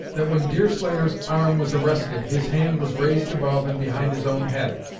that when deerslayer's arm was arrested, his hand was raised above and behind his own head,